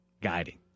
guiding